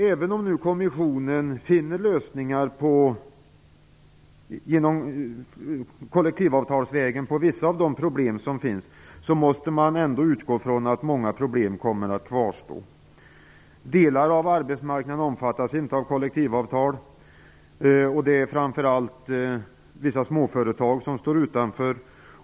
Även om kommissionen kollektivavtalsvägen finner lösningar på vissa av de problem som finns, måste man utgå från att många problem kommer att kvarstå. Delar av arbetsmarknaden omfattas inte av kollektivavtal. Framför allt vissa små företag står utanför.